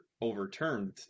overturned